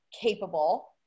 capable